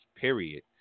period